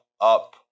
up